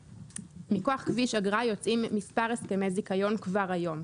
מכוח כביש אגרה יוצאים מספר הסכמי זיכיון כבר היום.